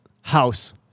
house